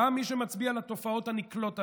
גם מי שמצביע לתופעות הנקלות הללו,